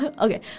Okay